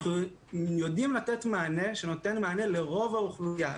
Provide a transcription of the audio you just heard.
אנחנו יודעים לתת מענה לרוב האוכלוסייה.